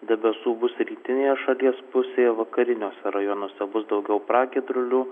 debesų bus rytinėje šalies pusėje vakariniuose rajonuose bus daugiau pragiedrulių